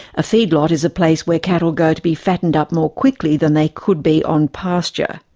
a feedlot is a place where cattle go to be fattened up more quickly than they could be on pasture.